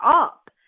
up